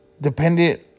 dependent